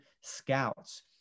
scouts